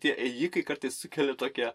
tie ėjikai kartais sukelia tokią